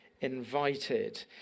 invited